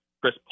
Chris